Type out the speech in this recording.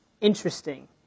interesting